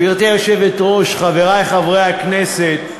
גברתי היושבת-ראש, חברי חברי הכנסת,